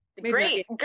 Great